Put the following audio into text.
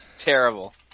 terrible